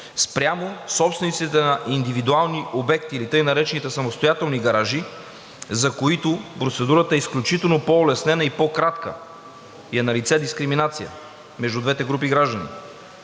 спрямо собствениците на индивидуални обекти, или така наречените самостоятелни гаражи, за които процедурата е значително по улеснена и по-кратка и е налице дискриминация между двете групи граждани.